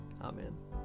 Amen